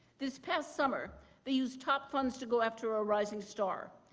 this past summer they used top funds to go after a rising star,